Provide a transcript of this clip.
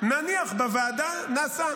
נניח שבוועדה נעשה,